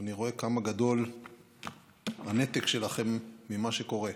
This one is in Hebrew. ואני רואה כמה גדול הנתק שלכם ממה שקורה.